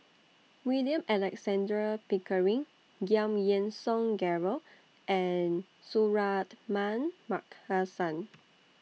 William Alexander Pickering Giam Yean Song Gerald and Suratman Markasan